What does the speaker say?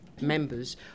members